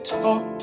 talk